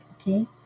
Okay